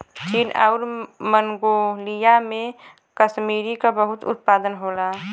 चीन आउर मन्गोलिया में कसमीरी क बहुत उत्पादन होला